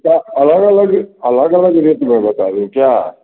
क्या अलग अलग ही अलग अलग रेट में बता दें क्या